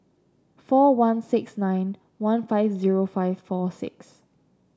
four one six nine one five zero five four six